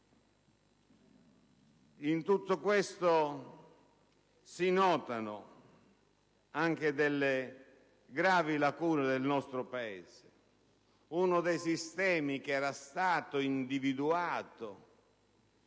In tutto questo si notano anche delle gravi lacune del nostro Paese: uno dei sistemi individuati,